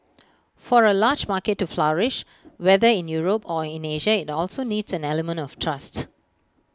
for A large market to flourish whether in Europe or in Asia IT also needs an element of trust